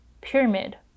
pyramid